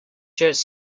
church